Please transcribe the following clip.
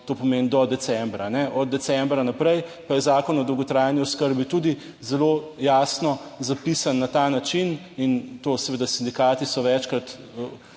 to pomeni do decembra. Od decembra naprej pa je zakon o dolgotrajni oskrbi tudi zelo jasno zapisan na ta način in to seveda sindikati so večkrat